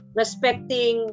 respecting